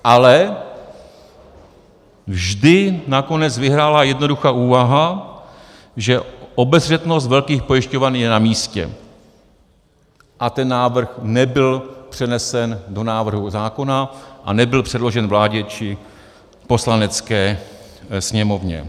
Ale vždy nakonec vyhrála jednoduchá úvaha, že obezřetnost velkých pojišťoven je namístě, a ten návrh nebyl přenesen do návrhu zákona a nebyl předložen vládě či Poslanecké sněmovně.